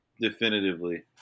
definitively